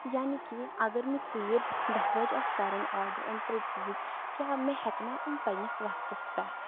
یعنی کہِ اگر مےٚ ژیٖرۍ دَہہِ بَجہِ آسہِ کَرُن آرڈر یِم ترٛےٚ چیٖز کیٛاہ مےٚ ہٮ۪کنا یِم پنٛنِس وَقتَس پٮ۪ٹھ